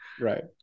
right